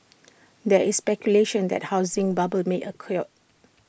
there is speculation that A housing bubble may occur